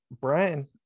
brian